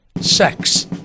Sex